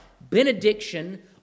benediction